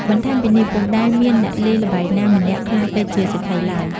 បន្ថែមពីនេះ ពុំដែលមានអ្នកលេងល្បែងណាម្នាក់ក្លាយទៅជាសេដ្ឋីឡើយ ។